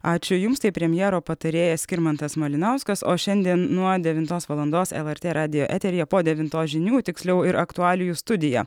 ačiū jums tai premjero patarėjas skirmantas malinauskas o šiandien nuo devintos valandos lrt radijo eteryje po devintos žinių tiksliau ir aktualijų studija